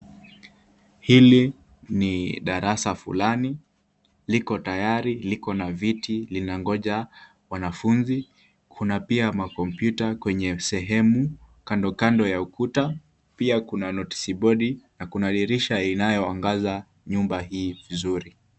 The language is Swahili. Hili ni darasa fulani, liko tayari, liko na viti linangoja wanafunzi, kuna pia makompyuta kwenye sehemu kando kando ya ukuta, pia kuna noticeboard na pia kuna dirisha inayoangaza nyumba hii vizuri.